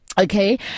okay